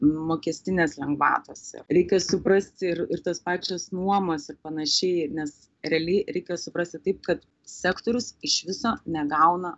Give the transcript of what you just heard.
mokestinės lengvatos reikia suprasti ir ir tos pačios nuomos ir panašiai nes realiai reikia suprasti taip kad sektorius iš viso negauna